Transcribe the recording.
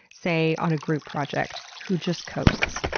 say, on a group project who just coasts.